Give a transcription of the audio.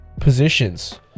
positions